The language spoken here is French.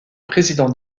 président